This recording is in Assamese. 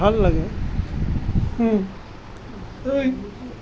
ভাল লাগে